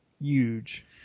huge